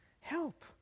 help